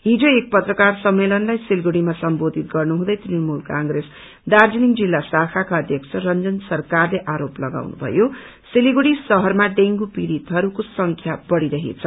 हिजो एक पत्रकार सम्मेलनलाई सिलिगुङीमा सम्बोधित गर्नु हुँदै तृणमूल कंग्रेस दार्जीलिङ जिल्ला शाखाका अध्यक्ष रंजन सरकारले आरोप लगुउनु भयो सिलिगुड़ी शहरमा डेगू पीड़ितहरूका संख्या बढ़ीरहेछ